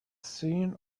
seen